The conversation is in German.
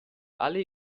alle